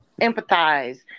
empathize